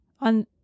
on